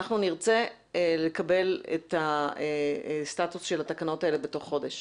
אנחנו נרצה לקבל את הסטטוס של התקנות האלה בתוך חודש